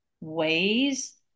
ways